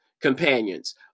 companions